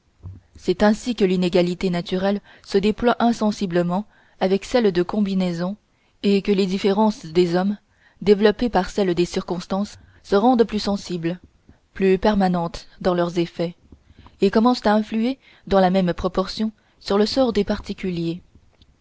c'est ainsi que l'inégalité naturelle se déploie insensiblement avec celle de combinaison et que les différences des hommes développées par celles des circonstances se rendent plus sensibles plus permanentes dans leurs effets et commencent à influer dans la même proportion sur le sort des particuliers